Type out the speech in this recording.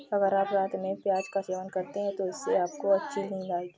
अगर आप रात में प्याज का सेवन करते हैं तो इससे आपको अच्छी नींद आएगी